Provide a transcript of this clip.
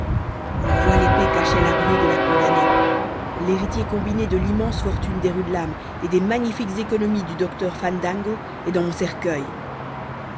le voile épais cachait la bru de la condamnée l'héritier combiné de l'immense fortune des rudelame et des magnifiques économies du docteur fandango est dans mon cercueil